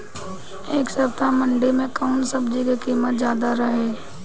एह सप्ताह मंडी में कउन सब्जी के कीमत ज्यादा रहे?